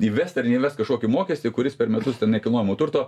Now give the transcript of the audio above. įvesti ar neįvest kažkokį mokestį kuris per metus ten nekilnojamo turto